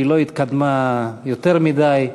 שלא התקדמה יותר מדי,